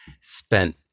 spent